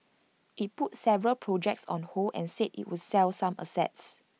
IT put several projects on hold and said IT would sell some assets